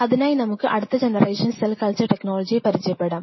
അതിനായി നമുക്ക് അടുത്ത ജനറേഷൻ സെൽ കൾച്ചർ ടെക്നോളജിയെ പരിചയപ്പെടാം